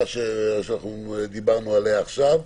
לכן אנחנו חייבים לפעמים גם טיפה לחרוג ולהסביר את עצמנו יותר,